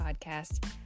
Podcast